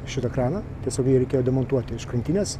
šitą kraną tiesiog jį reikėjo demontuoti iš krantinės